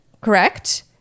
correct